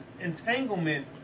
entanglement